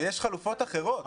כשיש חלופות אחרות.